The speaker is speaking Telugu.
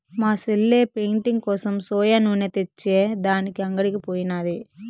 మా సెల్లె పెయింటింగ్ కోసం సోయా నూనె తెచ్చే దానికి అంగడికి పోయినాది